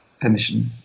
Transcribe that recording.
permission